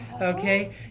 Okay